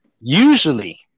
usually